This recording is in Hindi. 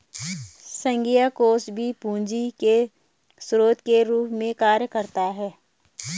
संघीय कोष भी पूंजी के स्रोत के रूप में कार्य करता है